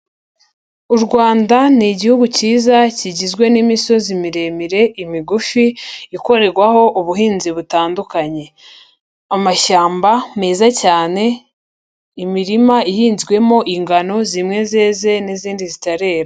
U Rwanda ni igihugu cyiza kigizwe n'imisozi miremire, imigufi ikorerwaho ubuhinzi butandukanye, amashyamba meza cyane, imirima ihinzwemo ingano zimwe zeze n'izindi zitarera.